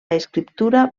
escriptura